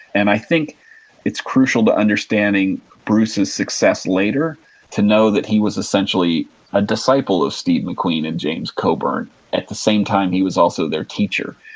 and i think it's crucial to understanding bruce's success later to know that he was essentially a disciple of steve mcqueen and james coburn at the same time, he was also their teacher.